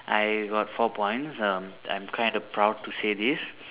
I got four points um I'm kinda proud to say this